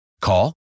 Call